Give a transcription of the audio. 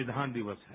संविधान दिवस है